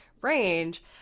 range